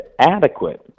adequate